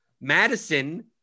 Madison